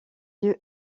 lieu